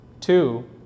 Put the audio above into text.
two